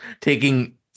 taking